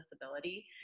disability